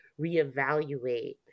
reevaluate